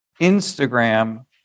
Instagram